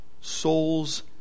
souls